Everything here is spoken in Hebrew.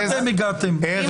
ארז וגלעד.